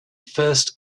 first